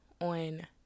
on